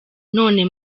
none